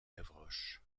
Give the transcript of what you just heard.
gavroche